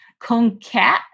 concat